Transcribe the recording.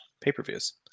pay-per-views